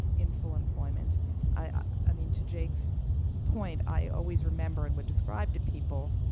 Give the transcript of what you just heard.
in full employment i mean, to jake's point, i always remember and would describe to people